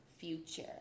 future